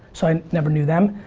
so i never knew them.